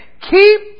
keep